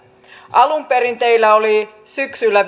alun perin teillä oli syksyllä